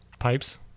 pipes